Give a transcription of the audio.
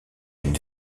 une